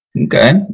Okay